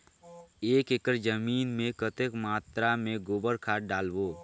एक एकड़ जमीन मे कतेक मात्रा मे गोबर खाद डालबो?